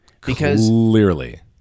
Clearly